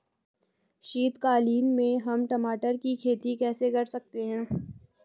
शीतकालीन में हम टमाटर की खेती कैसे कर सकते हैं?